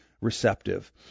receptive